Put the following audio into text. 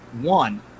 one